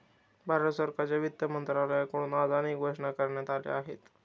भारत सरकारच्या वित्त मंत्रालयाकडून आज अनेक घोषणा करण्यात आल्या आहेत